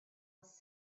was